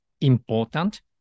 important